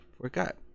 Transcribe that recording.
forgot